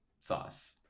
sauce